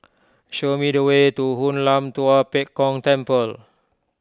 show me the way to Hoon Lam Tua Pek Kong Temple